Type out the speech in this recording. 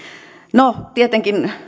no tietenkin